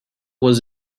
was